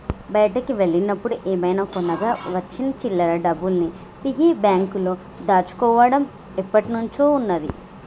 బయటికి వెళ్ళినప్పుడు ఏమైనా కొనగా వచ్చిన చిల్లర డబ్బుల్ని పిగ్గీ బ్యాంకులో దాచుకోడం ఎప్పట్నుంచో ఉన్నాది